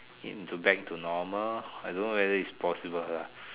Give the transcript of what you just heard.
into back to normal I don't know whether it's possible lah